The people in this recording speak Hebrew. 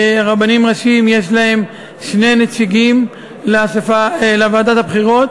רבנים ראשיים יש להם שני נציגים בוועדת הבחירות,